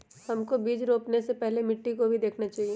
हमको बीज को रोपने से पहले मिट्टी को भी देखना चाहिए?